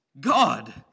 God